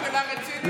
ההערה שלה רצינית.